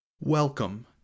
Welcome